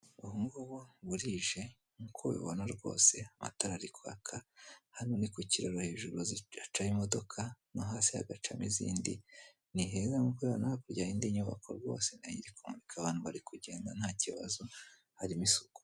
Ubungubu burije nk'uko ubibona rwose amatara ari kwaka hano ni ku kiraro hejuru hacaho imodoka no hasi hagacamo izindi, niheza nk'uko ubibona hakurya hari indi nyubako rwose nayo iri kwaka abantu bari kugenda ntakibazo harimo isuku.